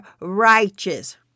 righteous